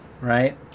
right